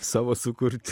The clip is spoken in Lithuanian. savo sukurt